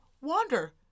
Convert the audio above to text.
wander